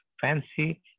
fancy